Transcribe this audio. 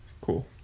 cool